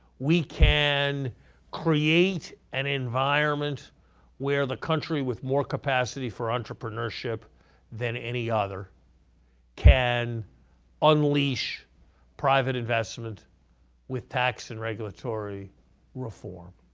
we can create an environment where the country with more capacity for entrepreneurship than any other can unleash private investment with tax and regulatory reform.